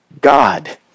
God